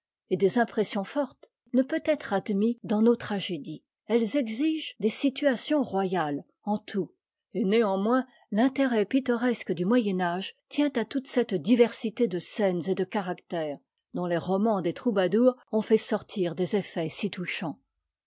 et des impressions fortes ne peut être admis dans nos tragédies elles exigent des situations royales en tout et néanmoins l'intérêt pittoresque du moyen âge tient à toute cette diversité de scènes et de caractères dont les romans des troubadours ont fait sortir des effets si touchants